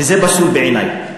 וזה פסול בעיני.